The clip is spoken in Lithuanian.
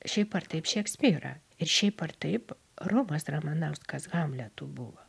šiaip ar taip šekspyrą ir šiaip ar taip romas ramanauskas hamletu buvo